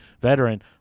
veteran